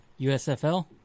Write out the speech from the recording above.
USFL